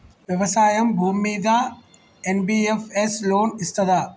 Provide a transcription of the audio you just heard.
వ్యవసాయం భూమ్మీద NBFS loan ఇస్తదా?